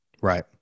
Right